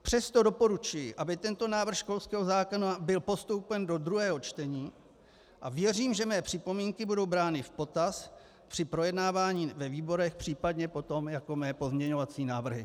Přesto doporučuji, aby tento návrh školského zákona byl postoupen do druhého čtení, a věřím, že mé připomínky budou brány v potaz při projednávání ve výborech, případně potom jako mé pozměňovací návrhy.